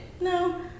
No